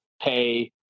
pay